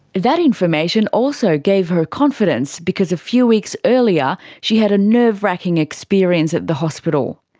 that information also gave her confidence, because a few weeks earlier she had a nerve wracking experience at the hospital.